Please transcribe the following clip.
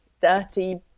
dirty